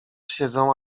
siedzą